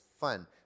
fun